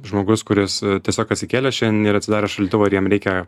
žmogus kuris tiesiog atsikėlė šiandien ir atsidarė šaldytuvą ir jam reikia